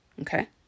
Okay